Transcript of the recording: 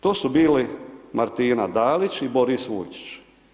To su bili Martina Dalić i Boris Vujčić.